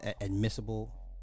admissible